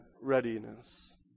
readiness